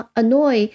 annoy